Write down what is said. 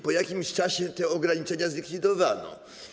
Po jakimś czasie te ograniczenia zlikwidowano.